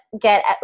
get